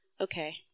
Okay